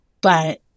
but-